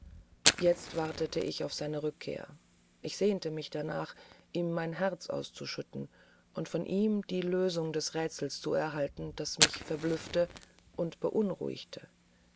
jetzt wartete ich auf seine rückkehr ich sehnte mich danach ihm mein herz auszuschütten und von ihm die lösung des rätsels zu erhalten das mich verblüffte und beunruhigte